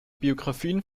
biografien